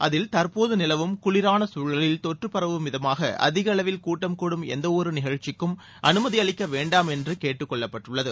அதில் தற்போது நிலவும் குளிரான தூழலில் தொற்று பரவும் விதமாக அதிக அளவில் கூட்டம் கூடும் எந்த ஒரு நிகழ்ச்சிக்கும் அனுமதி அளிக்க வேண்டாம் என்று கேட்டுக் கொள்ளப்பட்டுள்ளது